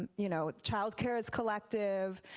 and you know child care is collective.